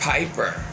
Piper